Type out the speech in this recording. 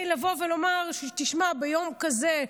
כדי לומר שביום כזה,